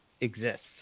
exists